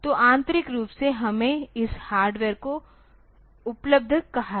तो आंतरिक रूप से हमने इस हार्डवेयर को उपलब्ध कहा है